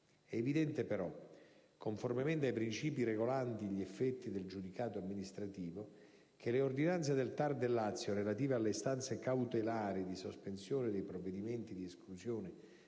È evidente, però, conformemente ai principi regolanti gli effetti del giudicato amministrativo, che le ordinanze del TAR del Lazio relative alle istanze cautelari di sospensione dei provvedimenti di esclusione